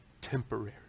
temporary